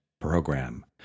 program